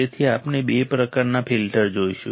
તેથી આપણે બે પ્રકારના ફિલ્ટર્સ જોઈશું